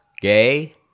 Gay